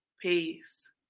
Peace